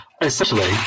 essentially